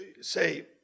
say